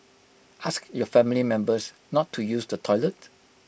ask your family members not to use the toilet